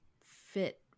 fit